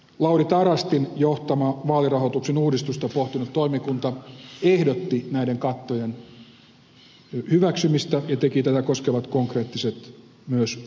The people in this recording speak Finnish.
lauri tarastin johtama vaalirahoituksen uudistusta pohtinut toimikunta ehdotti näiden kattojen hyväksymistä ja teki tätä koskevat konkreettiset myös pykäläkohtaiset ehdotukset